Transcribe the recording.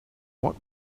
what